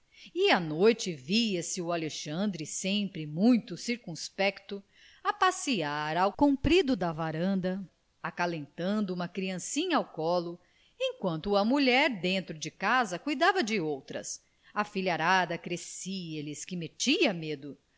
e à noite via-se o alexandre sempre muito circunspecto a passear ao comprido da varanda acalentando uma criancinha ao colo enquanto a mulher dentro de casa cuidava de outras a filharada crescia lhes que metia medo